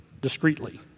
Discreetly